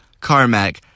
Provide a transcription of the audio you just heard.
Carmack